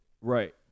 Right